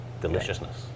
deliciousness